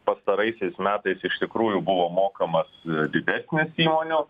pastaraisiais metais iš tikrųjų buvo mokamas didesnis įmonių